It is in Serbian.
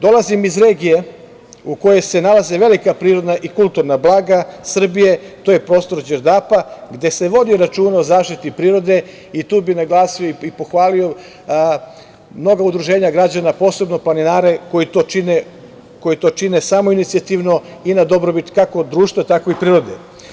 Dolazim iz regije u kojoj se nalaze velika prirodna i kulturna blaga Srbije, to je prostor Đerdapa, gde se vodi računa o zaštiti prirode i tu bih naglasio i pohvalio mnoga udruženja građana, posebno planinare, koji to čine samoinicijativno i na dobrobit kako društva, tako i prirode.